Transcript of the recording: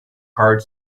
hard